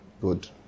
Good